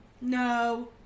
No